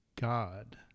god